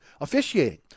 officiating